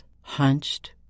hunched